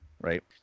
right